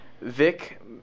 Vic